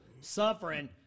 suffering